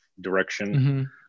direction